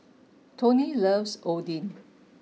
Tony loves Oden